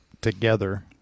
together